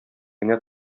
генә